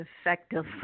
effective